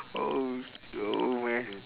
oh no when